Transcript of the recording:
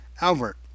Albert